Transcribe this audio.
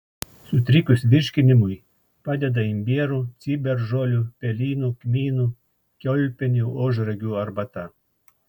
sutrikus virškinimui padeda imbierų ciberžolių pelynų kmynų kiaulpienių ožragių arbata